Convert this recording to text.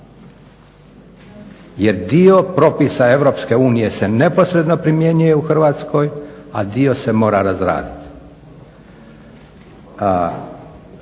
jer dio propisa EU se neposredno primjenjuje u Hrvatskoj a dio se mora razraditi.